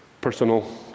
personal